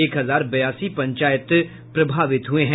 एक हजार बयासी पंचायत प्रभावित हुये हैं